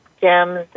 gems